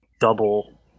double